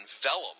vellum